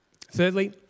Thirdly